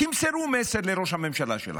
תמסרו מסר לראש הממשלה שלכם.